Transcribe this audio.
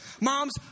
Mom's